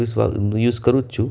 ડીવાઇનનું સારું આવે છે